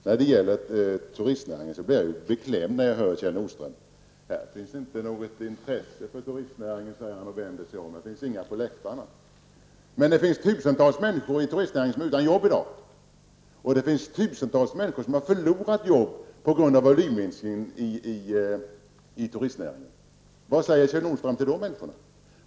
Sedan till turistnäringen. Det är beklämmande att höra att Kjell Nordström. Det finns inget intresse för turistnäringen, säger han och vänder sig om, det finns inga på läktarna. Tusentals människor inom turistnäringen är i dag utan arbete, och tusentals människor har förlorat sina arbeten på grund av volymminskningen inom turistnäringen. Vad säger Kjell Nordström till dessa människor?